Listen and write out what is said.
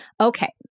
Okay